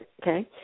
Okay